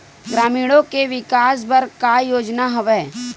ग्रामीणों के विकास बर का योजना हवय?